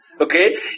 Okay